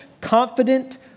confident